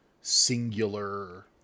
singular